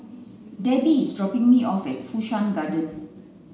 Debbi is dropping me off at Fu Shan Garden